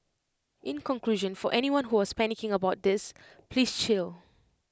in conclusion for anyone who was panicking about this please chill